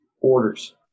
orders